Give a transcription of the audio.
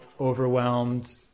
overwhelmed